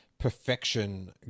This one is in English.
perfection